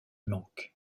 manque